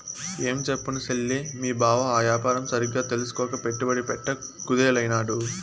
ఏంచెప్పను సెల్లే, మీ బావ ఆ యాపారం సరిగ్గా తెల్సుకోక పెట్టుబడి పెట్ట కుదేలైనాడు